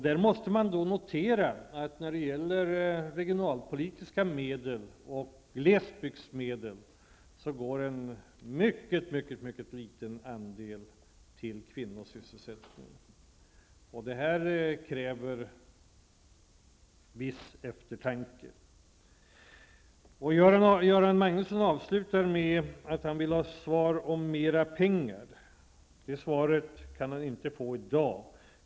Här måste man notera att mycket litet av regionalpolitiska medel och glesbygdsmedel går till kvinnosysselsättning. Det där kräver en viss eftertanke. Göran Magnusson avslutade med att säga att han vill ha besked om mera pengar. Han kan inte få något svar i dag.